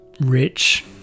rich